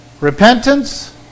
Repentance